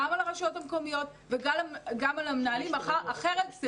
גם על הרשויות המקומיות וגם על המנהלים כי אחרת זה